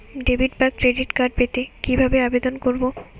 Debit বা credit card পেতে কি ভাবে আবেদন করব?